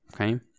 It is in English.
okay